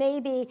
may be